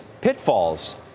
pitfalls